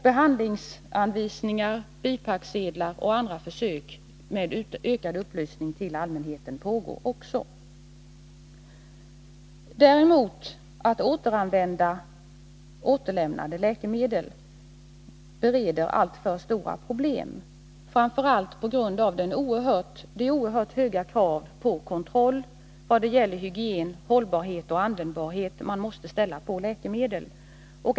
Behandlingsanvisningar, bipacksedlar och andra försök med ökad upplysning till allmänheten pågår också. Att däremot återanvända återlämnade läkemedel bereder alltför stora problem, framför allt på grund av de oerhört höga krav på kontroll vad det gäller hygien, hållbarhet och användbarhet som man måste ställa på läkemedel.